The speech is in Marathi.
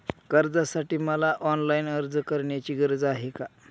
कर्जासाठी मला ऑनलाईन अर्ज करण्याची गरज आहे का?